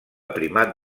primat